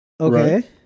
Okay